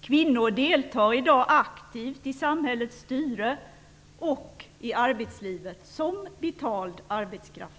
Kvinnor deltar i dag aktivt i samhällets styre och i arbetslivet som betald arbetskraft.